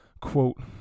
quote